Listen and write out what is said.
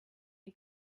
den